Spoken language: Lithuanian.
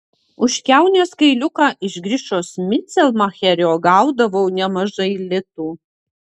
už kiaunės kailiuką iš grišos micelmacherio gaudavau nemažai litų